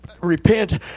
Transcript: repent